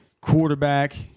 quarterback